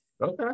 Okay